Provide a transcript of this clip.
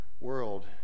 world